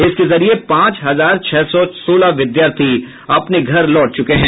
इसके जरिये पांच हजार छह सौ सोलह विद्यार्थी अपने घर लौट चुके हैं